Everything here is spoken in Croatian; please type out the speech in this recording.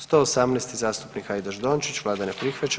118. zastupnik Hajdaš Dončić, vlada ne prihvaća.